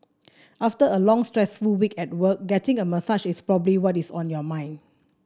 after a long stressful week at work getting a massage is probably what is on your mind